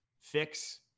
fix